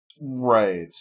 Right